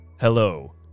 Hello